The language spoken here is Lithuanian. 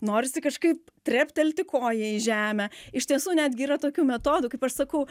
norisi kažkaip treptelėti koja į žemę iš tiesų netgi yra tokių metodų kaip aš sakau